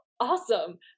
awesome